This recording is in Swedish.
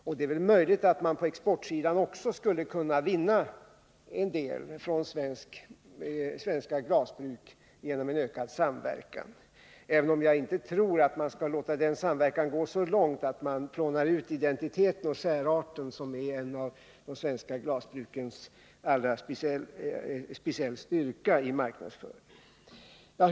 Och det är möjligt att de svenska glasbruken också på exportsidan skulle kunna vinna en del genom en ökad samverkan, även om jag inte tror att man skall låta den samverkan gå så långt att man utplånar den identitet och särart som är de svenska glasbrukens speciella styrka i marknadsföringen.